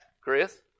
Chris